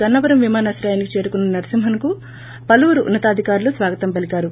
గన్న వరం విమానాశ్రయానికి చేరుకున్న నరసింహన్కు పలువురు ఉన్న తాధికారులు స్వాగతం పలికారు